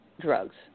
drugs